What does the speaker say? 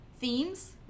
themes